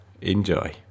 Enjoy